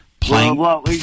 playing